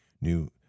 new